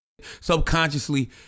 subconsciously